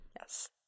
Yes